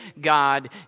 God